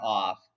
off